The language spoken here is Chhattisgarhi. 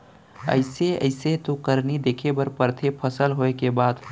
अइसे अइसे तो करनी देखे बर परथे फसल होय के बाद